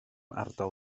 ardal